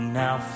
now